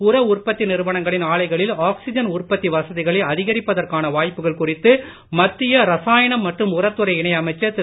உர உற்பத்தி நிறுவனங்களின் ஆலைகளில் ஆக்சிஜன் உற்பத்தி வசதிகளை அதிகரிப்பதற்கான வாய்ப்புக்கள் குறித்து மத்திய ரசாயனம் மற்றும் உரத்துறை இணை அமைச்சர் திரு